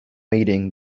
eating